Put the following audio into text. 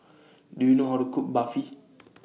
Do YOU know How to Cook Barfi